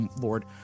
Lord